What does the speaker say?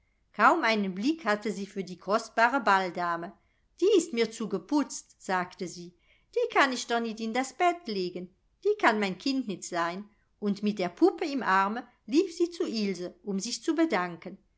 kaum einen blick hatte sie für die kostbare balldame die ist mir zu geputzt sagte sie die kann ich doch nit in das bett legen die kann mein kind nit sein und mit der puppe im arme lief sie zu ilse um sich zu bedanken